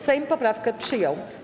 Sejm poprawkę przyjął.